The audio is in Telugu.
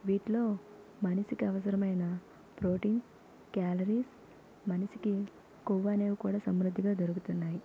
వీటిలో మనిశికి అవసరమైన ప్రొటీన్స్ క్యాలరీస్ మనిసికి కొవ్వు అనేవి కూడా సంవృద్ధిగా దొరుకుతున్నాయి